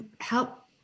help